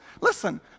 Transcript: listen